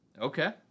Okay